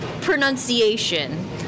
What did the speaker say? pronunciation